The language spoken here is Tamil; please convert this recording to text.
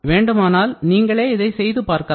வேண்டுமானால் நீங்களே இதை செய்து பார்க்கலாம்